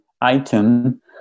item